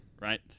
Right